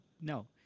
No